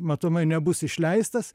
matomai nebus išleistas